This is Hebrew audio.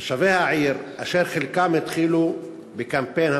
תושבי העיר, אשר חלקם התחילו בקמפיין הבחירות,